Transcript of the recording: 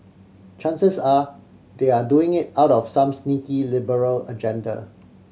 chances are they are doing it out of some sneaky liberal agenda